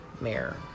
mayor